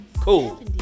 Cool